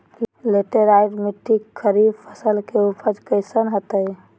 Laterite मिट्टी खरीफ फसल के उपज कईसन हतय?